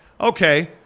Okay